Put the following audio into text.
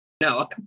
no